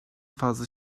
fazla